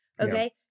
okay